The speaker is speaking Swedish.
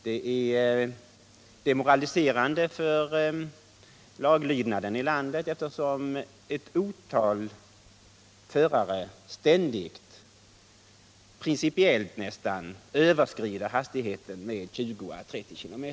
De är demoraliserande för laglydnaden i landet, eftersom ett otal förare ständigt, nästan principiellt, överskrider den tillåtna hastigheten med 20 å 30 km.